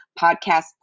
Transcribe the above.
podcast